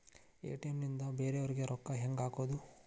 ATM ನಿಂದ ಬೇರೆಯವರಿಗೆ ರೊಕ್ಕ ಹೆಂಗ್ ಹಾಕೋದು?